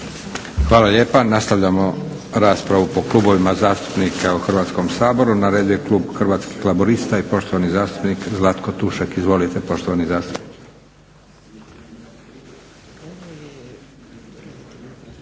Hvala lijepa. Nastavljamo raspravu po klubovima zastupnika u Hrvatskom saboru. Na redu je klub Hrvatskih laburista i poštovani zastupnik Zlatko Tušak. Izvolite poštovani zastupniče.